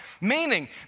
meaning